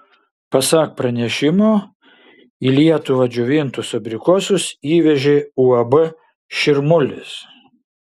pasak pranešimo į lietuvą džiovintus abrikosus įvežė uab širmulis